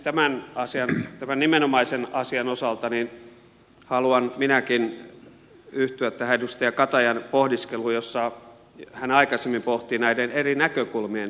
tämän asian tämän nimenomaisen asian osalta haluan minäkin yhtyä tähän edustaja katajan pohdiskeluun jossa hän aikaisemmin pohti näiden eri näkökulmien painoarvoa